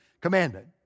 commandment